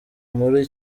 muri